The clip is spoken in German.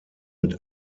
mit